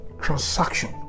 transaction